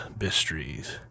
mysteries